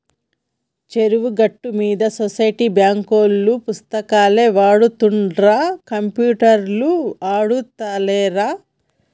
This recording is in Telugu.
చెరువు గట్టు మీద సొసైటీ బాంకులోల్లు పుస్తకాలే వాడుతుండ్ర కంప్యూటర్లు ఆడుతాలేరా